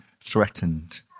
threatened